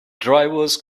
drivers